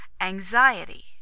Anxiety